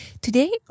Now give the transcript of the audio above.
Today